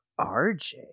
RJ